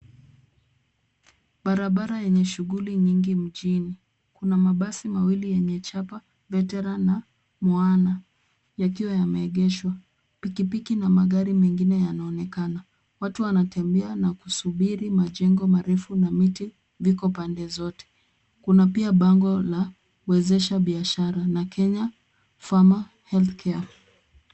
Barabara yenye shughuli nyingi mjini. Kuna mabasi mawili yenye chapa Veteran na Moana yakiwa yameegeshwa. Pikipiki na magari mengine yanaonekana. Watu wanatembea na kusubiri. Majengo marefu na miti viko pande zote. Kuna pia bango la kuwezesha biashara na Kenya Farmer Health Care.